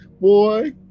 boy